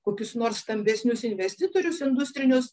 kokius nors stambesnius investitorius industrinius